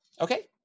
Okay